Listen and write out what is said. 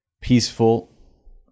peaceful